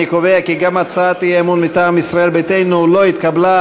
אני קובע כי גם הצעת האי-אמון מטעם ישראל ביתנו לא התקבלה.